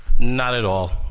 not at all.